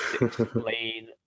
explain